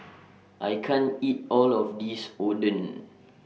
I can't eat All of This Oden